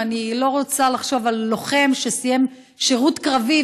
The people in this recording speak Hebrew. אני לא רוצה לחשוב על לוחם שסיים שירות קרבי,